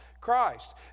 Christ